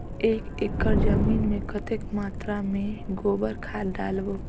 एक एकड़ जमीन मे कतेक मात्रा मे गोबर खाद डालबो?